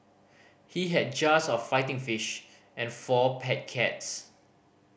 he had jars of fighting fish and four pet cats